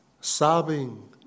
sobbing